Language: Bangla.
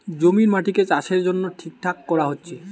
জমির মাটিকে চাষের জন্যে ঠিকঠাক কোরা হচ্ছে